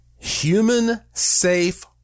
Human-safe